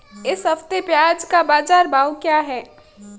इस हफ्ते प्याज़ का बाज़ार भाव क्या है?